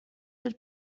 that